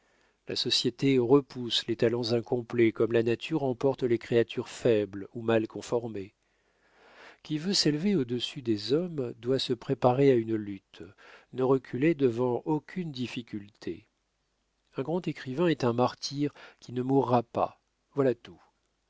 la société repousse les talents incomplets comme la nature emporte les créatures faibles ou mal conformées qui veut s'élever au-dessus des hommes doit se préparer à une lutte ne reculer devant aucune difficulté un grand écrivain est un martyr qui ne mourra pas voilà tout